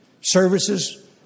services